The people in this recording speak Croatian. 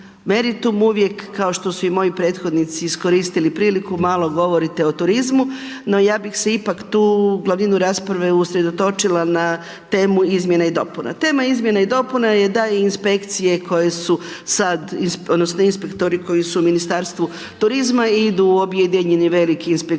uvijek, kao što su moji prethodnici iskoristili priliku malo govorite o turizmu, no ja bih se pak tu, u glavninu rasprave usredotočila na temu izmjene i dopune. Tema izmjene i dopune, je da inspekcije koje su sada, odnosno, inspektori koji su u Ministarstvu turizma, idu u objedinjeni veliki inspektorat.